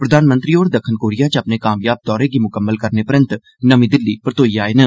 प्रधानमंत्री होर दक्खन कोरिया च अपने कामयाब दौरे गी म्कम्मल करने परैन्त नर्मी दिल्ली परतोई आए दे न